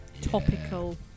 Topical